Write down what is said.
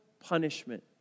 punishment